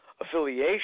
affiliation